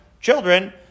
children